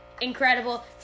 Incredible